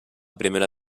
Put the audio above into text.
primera